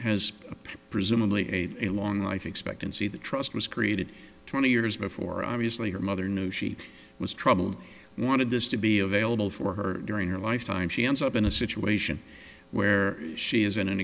has presumably a long life expectancy the trust was created twenty years before obviously her mother knew she was troubled wanted this to be available for her during her lifetime she ends up in a situation where she is in an